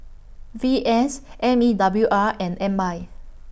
V S M E W R and M I